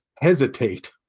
hesitate